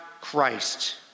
Christ